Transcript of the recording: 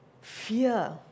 Fear